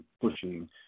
pushing